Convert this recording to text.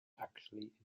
actually